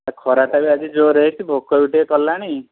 ଆଉ ଖରାଟା ବି ଆଜି ଜୋର ହେଇଛି ଭୋକ ବି ଟିକେ କଲାଣି